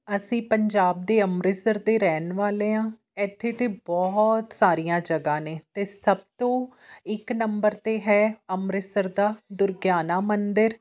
ਅਸੀਂ ਪੰਜਾਬ ਦੇ ਅੰਮ੍ਰਿਤਸਰ ਦੇ ਰਹਿਣ ਵਾਲੇ ਹਾਂ ਇੱਥੇ ਤਾਂ ਬਹੁਤ ਸਾਰੀਆਂ ਜਗ੍ਹਾ ਨੇ ਅਤੇ ਸਭ ਤੋਂ ਇੱਕ ਨੰਬਰ 'ਤੇ ਹੈ ਅੰਮ੍ਰਿਤਸਰ ਦਾ ਦੁਰਗਿਆਨਾ ਮੰਦਿਰ